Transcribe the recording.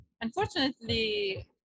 Unfortunately